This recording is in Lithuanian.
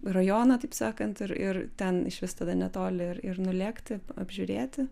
rajoną taip sakant ir ir ten išvis tada netoli ir ir nulėkti apžiūrėti